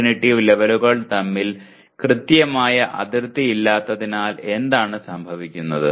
cognitive ലെവലുകൾ തമ്മിൽ കൃത്യമായ അതിർത്തിയില്ലാത്തതിനാൽ എന്താണ് സംഭവിക്കുന്നത്